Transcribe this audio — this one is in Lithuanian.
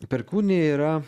perkunė yra